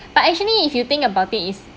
but actually if you think about it is